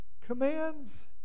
commands